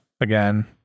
again